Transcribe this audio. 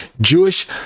Jewish